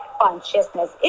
consciousness